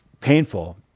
painful